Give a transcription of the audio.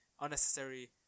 unnecessary